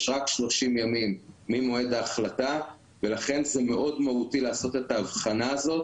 יש רק 30 ימים ממועד ההחלטה ולכן זה מאוד מהותי לעשות את האבחנה הזאת,